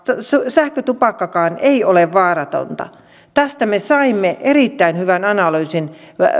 sähkötupakkakaan ei ole vaaratonta tästä me saimme erittäin hyvän analyysin